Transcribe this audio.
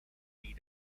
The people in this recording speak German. die